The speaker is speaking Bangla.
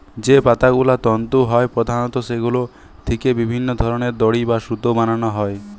যে পাতাগুলো তন্তু হয় প্রধানত সেগুলো থিকে বিভিন্ন ধরনের দড়ি বা সুতো বানানা হয়